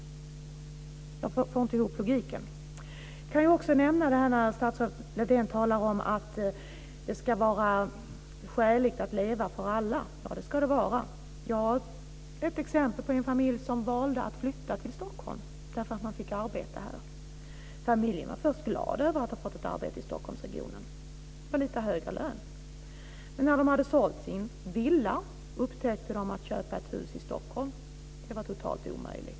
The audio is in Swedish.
Jag får inte ihop logiken. Statsrådet Lövdén talar om att det ska vara skäligt att leva för alla. Ja, det ska det vara. Jag har ett exempel på en familj som valde att flytta till Stockholm därför att de fick arbete här. Familjen var först glad åt att ha fått ett arbete i Stockholmsregionen med lite högre lön. Men när de hade sålt sin villa upptäckte de att köpa ett hus i Stockholm var totalt omöjligt.